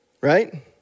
right